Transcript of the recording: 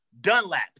Dunlap